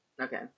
Okay